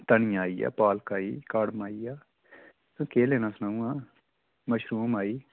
धनिया आई गेआ पालक आई गेई कड़म आई गेआ तुसें केह् लैना सनाई आं मशरूम आई